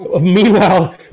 Meanwhile